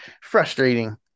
frustrating